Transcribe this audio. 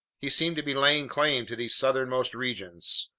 he seemed to be laying claim to these southernmost regions.